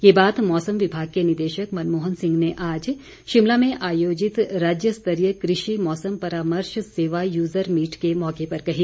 ये बात मौसम विभाग के निदेशक मनमोहन सिंह ने आज शिमला में आयोजित राज्य स्तरीय कृषि मौसम परामर्श सेवा यूजर मीट के मौके पर कही